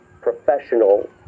professional